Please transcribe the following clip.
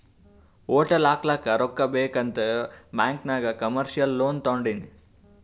hotel ಹಾಕ್ಲಕ್ ರೊಕ್ಕಾ ಬೇಕ್ ಅಂತ್ ಬ್ಯಾಂಕ್ ನಾಗ್ ಕಮರ್ಶಿಯಲ್ ಲೋನ್ ತೊಂಡಿನಿ